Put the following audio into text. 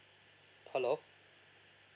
hello